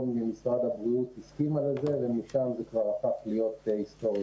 ממשרד הבריאות הסכימה לזה ומשם זה כבר הפך להיות היסטוריה.